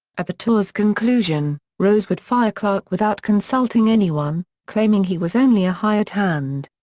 at the tour's conclusion, rose would fire clarke without consulting anyone, claiming he was only a hired hand.